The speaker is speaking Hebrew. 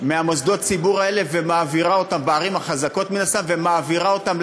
ממוסדות הציבור האלה ומעבירה אותו מהערים החזקות לערים החלשות.